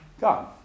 God